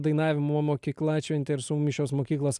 dainavimo mokykla atšventė ir su mumis šios mokyklos